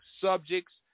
subjects